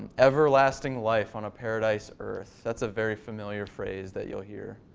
everlasting life on a paradise earth. that's a very familiar phrase that you'll hear.